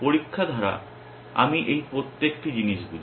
পরীক্ষা দ্বারা আমি এই প্রত্যেকটি জিনিস বুঝি